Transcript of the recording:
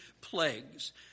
plagues